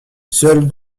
seuls